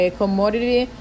commodity